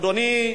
אדוני,